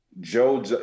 Joe